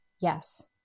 yes